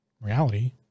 reality